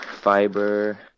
fiber